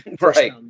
Right